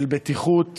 בטיחות